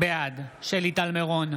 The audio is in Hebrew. בעד שלי טל מירון,